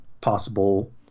possible